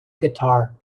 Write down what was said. guitar